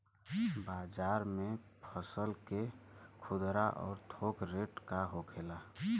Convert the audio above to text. बाजार में फसल के खुदरा और थोक रेट का होखेला?